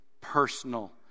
personal